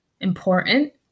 important